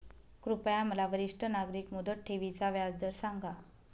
कृपया मला वरिष्ठ नागरिक मुदत ठेवी चा व्याजदर सांगा